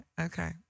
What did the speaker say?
okay